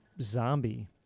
zombie